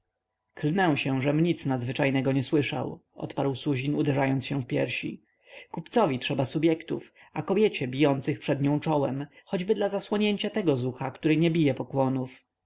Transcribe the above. klnę się żem nic nadzwyczajnego nie słyszał odparł suzin uderzając się w piersi kupcowi trzeba subjektów a kobiecie bijących przed nią czołem choćby dla zasłonięcia tego zucha który nie bije pokłonów